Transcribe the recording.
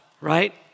right